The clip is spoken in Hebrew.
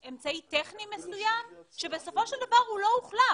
אמצעי טכני מסוים שבסופו של דבר הוא לא הוחלף.